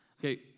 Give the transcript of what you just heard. Okay